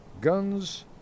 guns